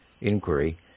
inquiry